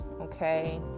okay